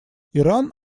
иран